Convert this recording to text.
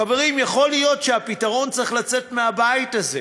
חברים, יכול להיות שהפתרון צריך לצאת מהבית הזה.